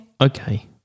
Okay